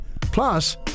Plus